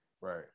Right